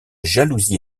jalousie